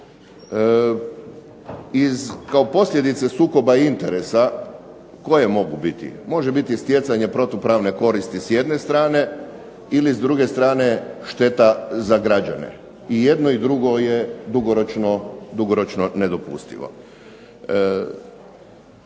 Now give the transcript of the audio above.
Iz, kao posljedica sukoba interesa koje mogu biti. Može biti stjecanje protupravne koristi s jedne strane, ili s druge strane šteta za građane. I jedno i drugo je dugoročno nedopustivo.